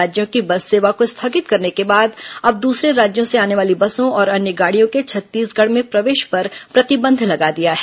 राज्यों की बस सेवा को स्थगित करने के बाद अब दूसरे राज्यों से आने वाली बसों और अन्य गाड़ियों के छत्तीसगढ़ में प्रतिबंध लगा दिया है